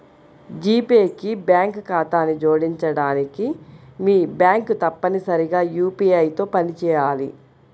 G Pay కి bank ఖాతాను జోడించడానికి, మీ బ్యాంక్ తప్పనిసరిగా యూ.పీ.ఐ తో పనిచేయాలి